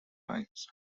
times